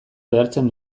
behartzen